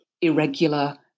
irregular